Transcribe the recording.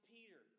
Peter